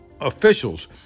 officials